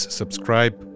subscribe